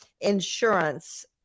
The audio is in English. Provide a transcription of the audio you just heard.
insurance